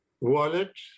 Wallet